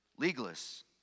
legalists